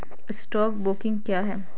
Stock broking क्या है?